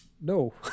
No